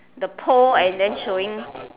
the pole and then showing